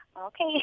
okay